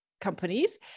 companies